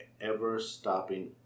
ever-stopping